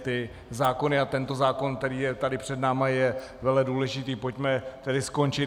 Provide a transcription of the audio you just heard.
Ty zákony a tento zákon, který je tady před námi, je veledůležitý, pojďme tedy skončit.